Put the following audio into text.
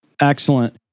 Excellent